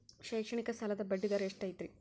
ಶೈಕ್ಷಣಿಕ ಸಾಲದ ಬಡ್ಡಿ ದರ ಎಷ್ಟು ಐತ್ರಿ?